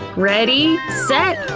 ready, set,